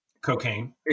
cocaine